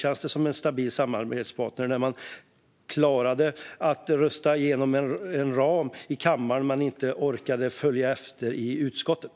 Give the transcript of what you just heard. Känns det som en stabil samarbetspartner när man klarade att rösta igenom en ram i kammaren men inte orkade följa efter i utskottet?